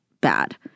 bad